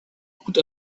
gut